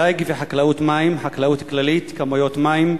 דיג וחקלאות מים, חקלאות כללית, כמויות מים,